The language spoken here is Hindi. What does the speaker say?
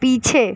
पीछे